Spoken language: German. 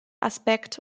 aspekt